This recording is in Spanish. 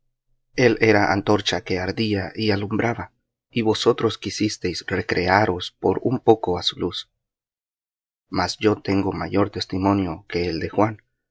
el era antorcha que ardía y alumbraba y vosotros quisisteis recrearos por un poco á su luz mas yo tengo mayor testimonio que de juan